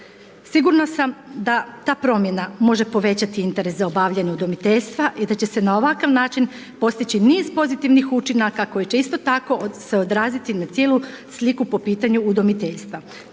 Sigurna sam da ta promjena može povećati interes za obavljanje udomiteljstva i da će se na ovakav način postići niz pozitivnih učinaka koji će se isto tako odraziti na cijelu sliku po pitanju udomiteljstva.